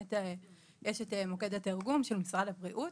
אז יש את מוקד התרגום של משרד הבריאות.